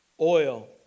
oil